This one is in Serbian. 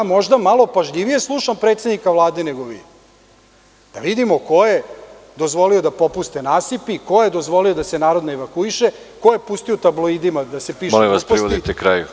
Možda malo pažljivije slušam predsednika Vlade nego vi, da vidimo ko je dozvolio da popuste nasipi, ko je dozvolio da se narod ne evakuiše, ko je pustio u tabloidima da se pišu gluposti…